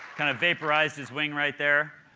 kind of vaporized his wing right there,